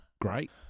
great